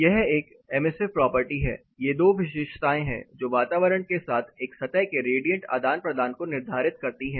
यह एक emissive property है ये दो विशेषताएं हैं जो वातावरण के साथ एक सतह के रेडिएंट आदान प्रदान को निर्धारित करती है